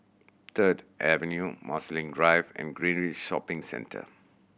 Third Avenue Marsiling Drive and Greenridge Shopping Centre